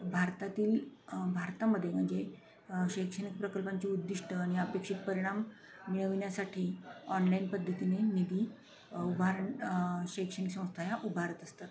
भारतातील भारतामध्ये म्हणजे शैक्षणिक प्रकल्पांची उद्दिष्ट आणि अपेक्षित परिणाम मिळविण्यासाठी ऑनलाईन पद्धतीने निधी उभारणं शैक्षणिक संस्था ह्या उभारत असतात